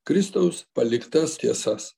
kristaus paliktas tiesas